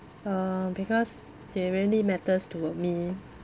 uh because they really matters to me